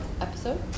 episode